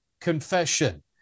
confession